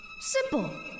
Simple